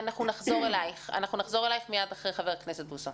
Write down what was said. אנחנו נחזור אלייך מיד אחרי חבר הכנסת בוסו.